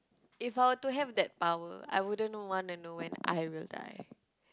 if I were to have that power I wouldn't know want to know when I will die